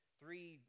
three